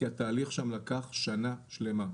כי התהליך שם לקח שנה שלמה,